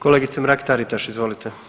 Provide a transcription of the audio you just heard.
Kolegice Mrak-Taritaš, izvolite.